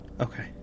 Okay